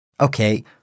Okay